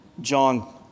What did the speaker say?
John